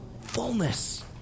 Fullness